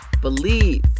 Believe